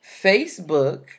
Facebook